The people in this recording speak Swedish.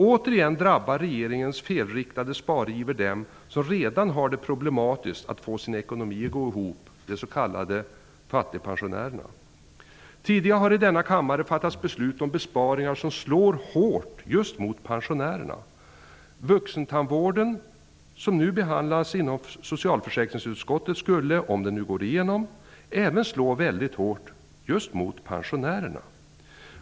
Återigen drabbar regeringens felriktade spariver dem som redan har det problematiskt att få sin ekonomi att gå ihop, de s.k. fattigpensionärerna. Tidigare har i denna kammare fattats beslut om besparingar som slår hårt just mot pensionärerna. Även de besparingsförslag inom vuxentandvården som nu behandlas i socialförsäkringsutskottet skulle, om de går igenom, slå väldigt hårt mot främst pensionärerna.